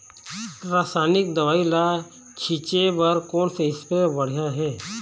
रासायनिक दवई ला छिचे बर कोन से स्प्रे बढ़िया हे?